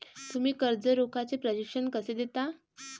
तुम्ही कर्ज रोख्याचे प्रशिक्षण कसे देता?